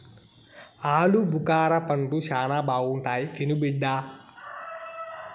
ఆలుబుకారా పండ్లు శానా బాగుంటాయి తిను బిడ్డ